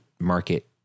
market